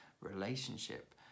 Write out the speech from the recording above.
relationship